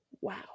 wow